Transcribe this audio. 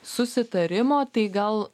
susitarimo tai gal